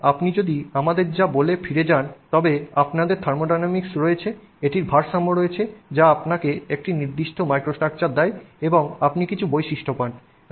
এবং আপনি যদি আমাদের যা বলে ফিরে যান তবে আপনার থার্মোডায়ানামিক্স রয়েছে এটির ভারসাম্য রয়েছে যা আপনাকে একটি নির্দিষ্ট মাইক্রোস্ট্রাকচার দেয় এবং আপনি কিছু বৈশিষ্ট্য পান